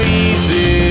easy